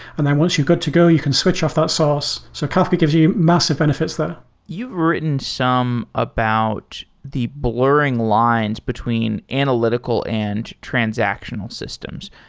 and then once you're good to go, you can switch off that source. so kafka gives you massive benefits there you've written some about the blurring lines between analytical and transactional systems.